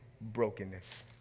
brokenness